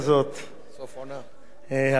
אווירת סוף עונה,